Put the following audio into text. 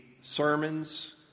sermons